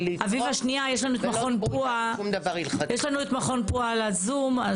אביבה, שנייה, יש לנו את מכון פוע"ה בזום.